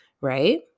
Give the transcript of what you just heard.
right